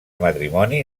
matrimoni